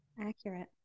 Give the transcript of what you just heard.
Accurate